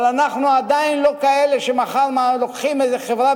אבל אנחנו עדיין לא כאלה שמחר לוקחים איזו חברה